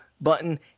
button